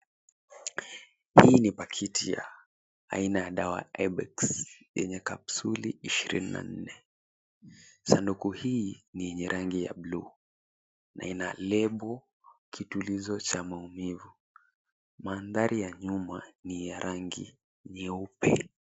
Hii ni pakiti ya aina ya dawa Ibex yenye kapsuli ishirini na nne . Sanduku hii ni yenye rangi buluu na ina lebo, kituulizo cha maumivu. Mandhari ya nyuma ni ya rangi nyeupe.